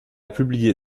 publié